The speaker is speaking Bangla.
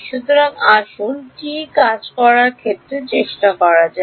সুতরাং আসুন এটি কাজ করার চেষ্টা করা যাক